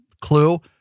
clue